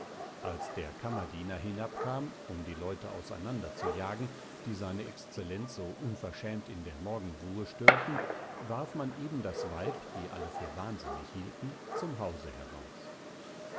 als der kammerdiener hinabkam um die leute auseinander zu jagen die se exzellenz so unverschämt in der morgenruhe störten warf man eben das weib die alle für wahnsinnig hielten zum hause heraus